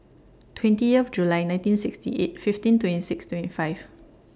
twenty of July nineteen sixty eight fifteen twenty six twenty five